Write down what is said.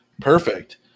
Perfect